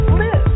live